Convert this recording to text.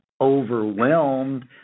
overwhelmed